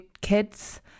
kids